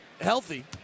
healthy